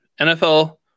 NFL